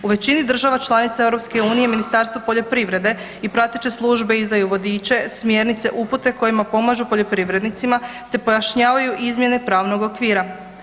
U većini država članica EU Ministarstvo poljoprivrede i prateće službe izdaju vodiće, smjernice i upute kojima pomažu poljoprivrednicima, te pojašnjavaju izmjene pravnog okvira.